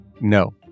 No